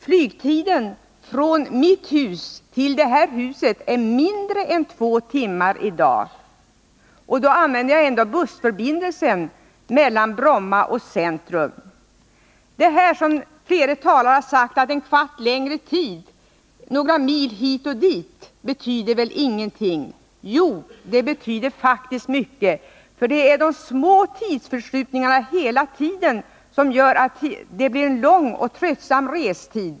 Restiden från mitt hus till det här huset är i dag mindre än två timmar. Då använder jag ändå bussförbindelsen mellan Bromma och Stockholms centrum. Flera talare har sagt att en kvarts längre restid och några mil hit eller dit inte betyder någonting. Jo, det betyder faktiskt mycket. Det är de många små tidsförskjutningarna som gör att det blir en lång och tröttsam resa.